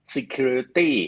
Security